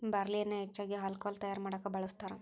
ಬಾರ್ಲಿಯನ್ನಾ ಹೆಚ್ಚಾಗಿ ಹಾಲ್ಕೊಹಾಲ್ ತಯಾರಾ ಮಾಡಾಕ ಬಳ್ಸತಾರ